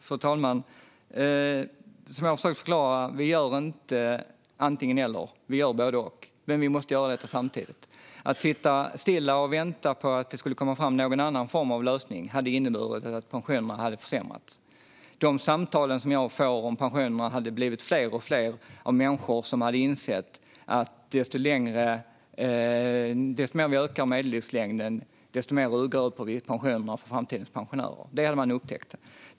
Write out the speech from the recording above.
Fru talman! Jag har försökt förklara att vi inte gör antingen eller. Vi gör både och. Men vi måste göra det samtidigt. Att sitta still och vänta på att någon annan form av lösning skulle komma fram hade inneburit att pensionerna hade försämrats. De samtal som jag får om pensionerna hade blivit allt fler från människor som hade insett att ju mer medellivslängden ökar, desto mer urgröper vi pensionerna för framtidens pensionärer. Det hade man upptäckt.